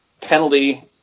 penalty